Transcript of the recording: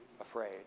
afraid